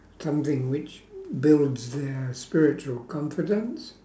something which builds their spiritual confidence